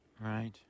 Right